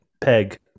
peg